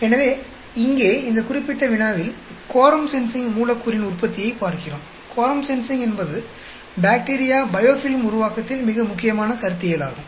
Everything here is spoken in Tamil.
எனவே இங்கே இந்த குறிப்பிட்ட வினாவில் கோரம் சென்சிங் மூலக்கூறின் உற்பத்தியைப் பார்க்கிறோம்கோரம் சென்சிங் என்பது பாக்டீரியா பயோஃபில்ம் உருவாக்கத்தில் மிக முக்கியமான கருத்தியலாகும்